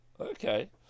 Okay